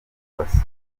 kubasura